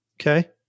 Okay